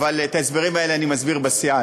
אבל את ההסברים האלה אני מסביר בסיעה,